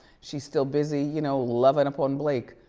she's still busy, you know, loving up on blake.